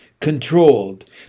controlled